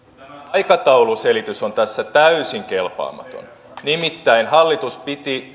aikatauluselitys on tässä täysin kelpaamaton nimittäin hallitus